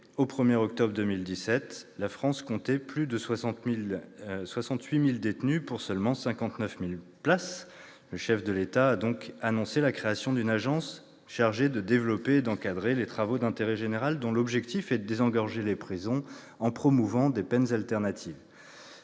au 1 octobre 2017, la France comptait plus de 68 000 détenus pour seulement 59 000 places. Le chef de l'État a donc annoncé la création d'une agence chargée de développer et d'encadrer les travaux d'intérêt général, dont l'objectif est de désengorger les prisons en promouvant des peines alternatives.